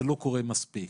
זה לא קורה מספיק.